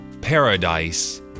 paradise